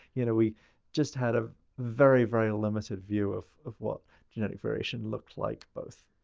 you know, we just had a very very limited view of of what genetic variation looked like both,